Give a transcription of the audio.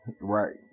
right